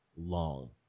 long